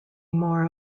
more